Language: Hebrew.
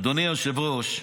אדוני היושב-ראש,